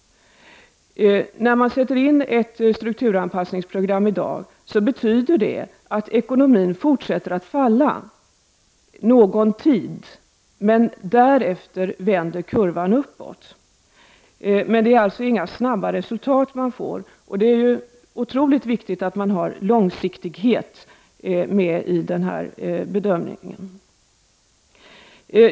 När man sätter in ett strukturanpassningsprogram betyder det att ekonomin fortsätter att falla någon tid. Men därefter vänder kurvan uppåt. Det är alltså inga snabba resultat man får. Det är otroligt viktigt att ha långsiktighet med i den här bedömningen.